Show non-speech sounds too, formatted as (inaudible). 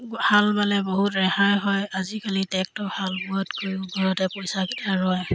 (unintelligible) হাল বালে বহুত ৰেহাই হয় আজিকালি ট্ৰেক্টৰে হাল বোৱাতকৈও ঘৰতে পইচাকেইটা ৰয়